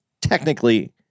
technically